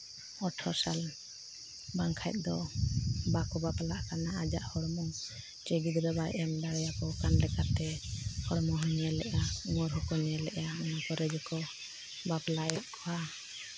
ᱟᱴᱷᱮᱨᱚ ᱥᱟᱞ ᱵᱟᱝᱠᱷᱟᱡ ᱫᱚ ᱵᱟᱠᱚ ᱵᱟᱯᱞᱟᱜ ᱠᱟᱱᱟ ᱟᱡᱟᱜ ᱦᱚᱲᱢᱚ ᱥᱮ ᱜᱤᱫᱽᱨᱟᱹ ᱵᱟᱭ ᱮᱢ ᱫᱟᱲᱮ ᱟᱠᱚ ᱠᱟᱱ ᱞᱮᱠᱟᱛᱮ ᱦᱚᱲᱢᱚ ᱦᱚᱸᱠᱚ ᱧᱮᱞ ᱮᱫᱟ ᱩᱢᱟᱹᱨ ᱦᱚᱸᱠᱚ ᱧᱮᱞ ᱮᱫᱟ ᱚᱱᱟ ᱯᱚᱨᱮ ᱫᱚᱠᱚ ᱵᱟᱯᱞᱟᱭᱮᱫ ᱠᱚᱣᱟ